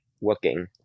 working